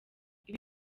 ibi